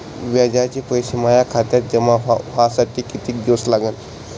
व्याजाचे पैसे माया खात्यात जमा व्हासाठी कितीक दिवस लागन?